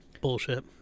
Bullshit